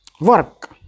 work